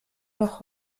noch